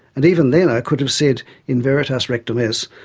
and even then, i could have said in veritas rectum es,